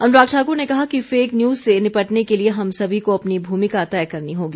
अनुराग ठाकुर ने कहा कि फेक न्यूज़ से निपटने के लिए हम सभी को अपनी भूमिका तय करनी होगी